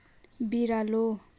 बिरालो